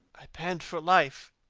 i pant for life